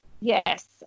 yes